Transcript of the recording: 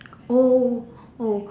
oh oh